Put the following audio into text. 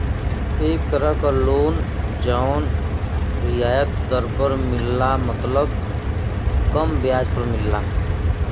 एक तरह क लोन जौन रियायत दर पर मिलला मतलब कम ब्याज पर मिलला